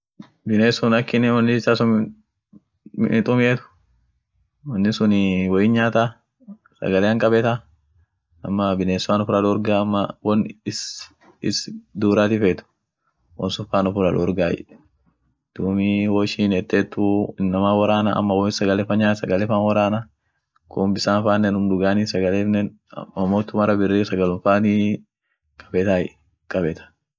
Binessun akinin wonni issah sun tumiet wonni sunii woin nyaata, sagalean kabeta, ama biness faan uffiran dorga ama won iss-iss duurati feet won sun faan uffirra dorgay, duumi woishin heteetu, innaman worana ama woin sagale fa nyaat sagale faan worrana kun bissan faanen unum dugani sagalenen, ammotu mara birri sagalum faani kabetay kabet.